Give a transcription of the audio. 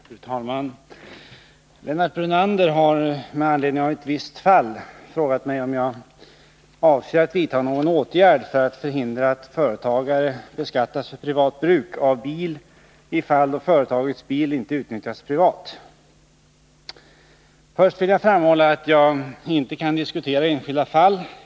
Fru talman! Lennart Brunander har — med anledning av ett visst fall — frågat mig om jag avser att vidta någon åtgärd för att förhindra att företagare beskattas för privat bruk av bil i fall då företagets bil inte utnyttjas privat. Först vill jag framhålla att jag inte kan diskutera enskilda fall.